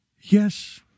Yes